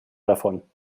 davon